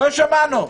לא שמענו.